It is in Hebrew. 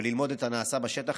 וללמוד את הנעשה בשטח,